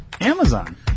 amazon